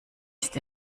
ist